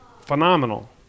phenomenal